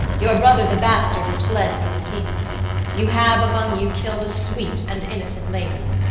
your brother the bastard is fled from messina you have, among you, killed a sweet and innocent lady.